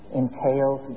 entails